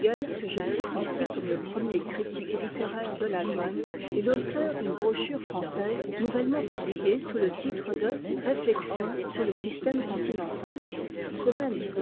que je cite ici comme e premier critique littéraire de l'allemagne est l'auteur d'une brochure française nouvellement publiée sous ie titre de b m otm lur le système continental ce même